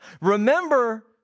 Remember